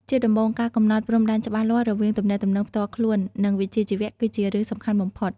ជាដំបូង ការកំណត់ព្រំដែនច្បាស់លាស់រវាងទំនាក់ទំនងផ្ទាល់ខ្លួន និងវិជ្ជាជីវៈគឺជារឿងសំខាន់បំផុត។